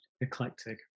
eclectic